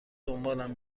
دنبالم